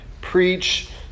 preach